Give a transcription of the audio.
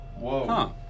Whoa